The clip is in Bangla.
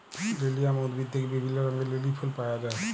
লিলিয়াম উদ্ভিদ থেক্যে বিভিল্য রঙের লিলি ফুল পায়া যায়